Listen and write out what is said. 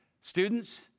Students